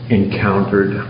encountered